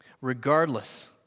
Regardless